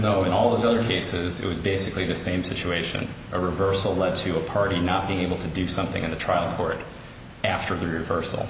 though in all those other cases it was basically the same situation a reversal led to a party not being able to do something in the trial court after the reversal